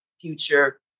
future